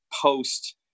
post